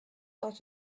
dans